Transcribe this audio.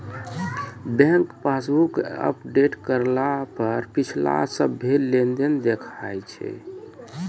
bank passbook update करला पर पिछला सभ्भे लेनदेन दिखा दैय छै